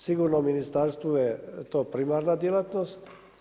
Sigurno ministarstvu je to primarna djelatnost.